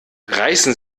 reißen